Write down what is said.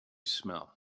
smell